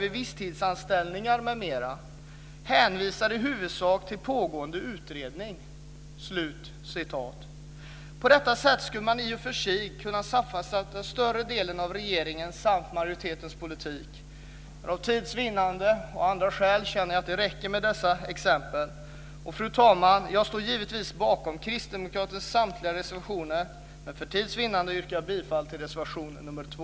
Vid Visstidsanställningar m.m. heter det att utskottet "hänvisar i huvudsak till en pågående utredning". På detta sätt skulle man i och för sig kunna sammanfatta större delen av regeringens och majoritetens politik. För tids vinnande och av andra skäl tycker jag dock att det räcker med dessa exempel. Fru talman! Jag står givetvis bakom kristdemokraternas samtliga reservationer, men för tids vinnande yrkar jag bifall enbart till reservation 2.